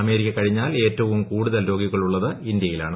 America കഴിഞ്ഞാൽ ഏറ്റവും കൂടുതൽ രോഗികളുള്ളത് ഇന്ത്യയിലാണ്